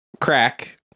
crack